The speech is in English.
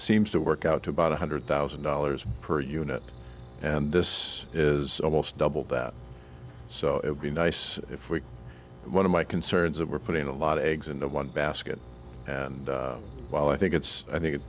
seems to work out to about one hundred thousand dollars per unit and this is almost double that so it would be nice if we one of my concerns and we're putting a lot of eggs into one basket and while i think it's i think